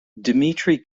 dimitri